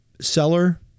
seller